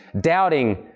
doubting